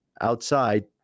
outside